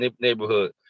neighborhood